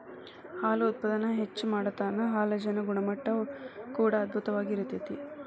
ಹಾಲು ಉತ್ಪಾದನೆ ಹೆಚ್ಚ ಮಾಡತಾವ ಹಾಲಜನ ಗುಣಮಟ್ಟಾ ಕೂಡಾ ಅಧ್ಬುತವಾಗಿ ಇರತತಿ